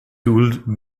would